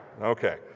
Okay